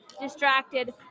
distracted